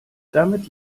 damit